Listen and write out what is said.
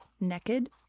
naked